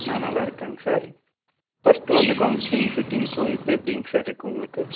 நான் நல்லா இருக்கேங்க சார் ஃபஸ்ட்டு வந்த கவுன்ஸ்லிங் செட்டிங்க்கும் இப்போ எப்படிங்க சார் இருக்குது உங்களுக்கு